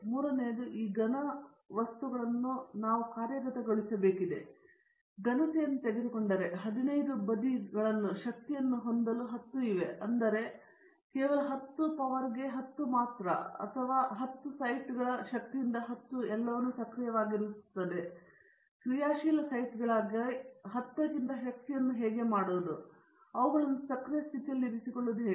ಮೂರನೆಯದು ಈ ಘನ ಅಥವಾ ವಸ್ತುಗಳನ್ನು ನಾವು ಈಗ ಕಾರ್ಯಗತಗೊಳಿಸಬೇಕಿದೆ ನೀವು ಘನತೆಯನ್ನು ತೆಗೆದುಕೊಂಡರೆ 15 ಬದಿಗಳನ್ನು ಶಕ್ತಿಯನ್ನು ಹೊಂದಲು 10 ಇವೆ ಅದರಲ್ಲಿ ಕೇವಲ 10 ಪವರ್ಗೆ 10 ಮಾತ್ರ ಅಥವಾ 10 ಸೈಟ್ಗಳ ಶಕ್ತಿಯಿಂದ 10 ಎಲ್ಲವನ್ನೂ ಸಕ್ರಿಯವಾಗಿರುತ್ತವೆ ಕ್ರಿಯಾಶೀಲ ಸೈಟ್ಗಳಾಗಿ 10 ಕ್ಕಿಂತ ಶಕ್ತಿಯನ್ನು ಹೇಗೆ ಮಾಡಲು ಮತ್ತು ಅವುಗಳನ್ನು ಸಕ್ರಿಯ ಸ್ಥಿತಿಯಲ್ಲಿ ಇರಿಸಿಕೊಳ್ಳುವುದು ಹೇಗೆ